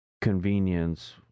convenience